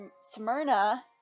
Smyrna